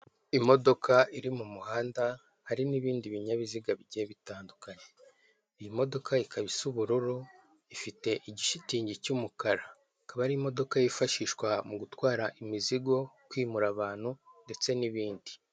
Imodoka iri mu muhanda hari n'ibindi binyabiziga bigiye bitandukanye. Iyi modoka ikaba isa ubururu, ifite igishitingi cy'umukara. Akaba ari imodoka yifashishwa mu gutwara imizigo, kwimura abantu ndetse n'ibindi.